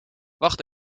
wacht